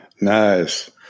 nice